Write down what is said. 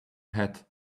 hat